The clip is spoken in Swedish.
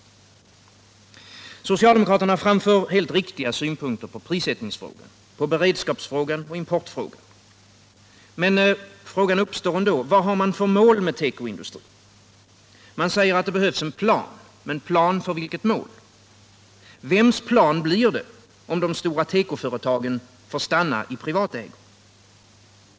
kps Socialdemokraterna framför helt riktiga synpunkter på prissättnings — Försörjningsberedfrågan, beredskapsfrågan och importfrågan. Men vad har man för mål — skapen på tekoomför tekoindustrin? Man säger att det behövs en plan, men för vilket — rådet mål? Vems plan blir det, om de stora tekoföretagen får stanna i privat ägo?